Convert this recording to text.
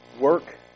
work